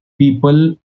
people